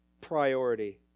priority